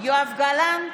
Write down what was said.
יואב גלנט,